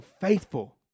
faithful